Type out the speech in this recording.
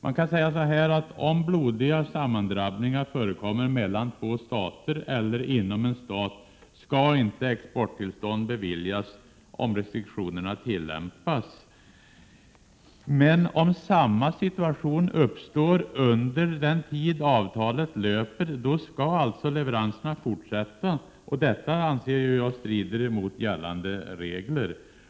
Man kan säga så här: Om blodiga sammandrabbningar förekommer mellan två stater eller inom en stat, skall exporttillstånd inte beviljas om restriktionerna tillämpas. Men om samma situation uppstår under den tid avtalet löper, då skall alltså leveranserna fortsätta. Detta anser jag strider mot gällande regler.